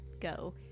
go